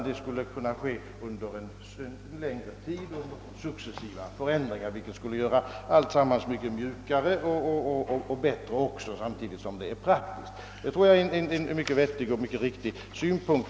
Den måste i stället ske under en längre tid genom successiva förändringar, vilket skulle göra processen åtskilligt jämnare och samtidigt tillgodose de praktiska önskemålen. Det är en riktig och vettig synpunkt.